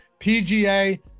pga